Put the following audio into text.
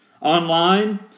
online